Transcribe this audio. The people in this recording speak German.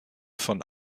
von